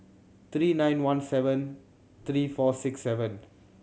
three nine one seven three four six seven